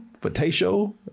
Potato